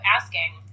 asking